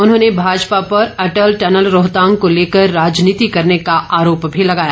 उन्होंने भाजपा पर अटल टनल रोहतांग को लेकर राजनीति करने का आरोप भी लगाया